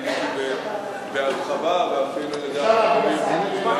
עניתי בהרחבה ואפילו לדעת רבים,